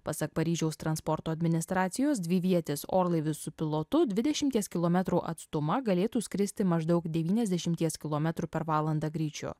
pasak paryžiaus transporto administracijos dvivietis orlaivis su pilotu dvidešimties kilometrų atstumą galėtų skristi maždaug devyniasdešimties kilometrų per valandą greičiu